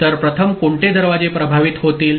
तर प्रथम कोणते दरवाजे प्रभावित होतील